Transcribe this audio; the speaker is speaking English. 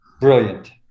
Brilliant